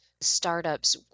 startups